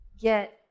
get